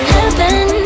Heaven